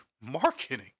marketing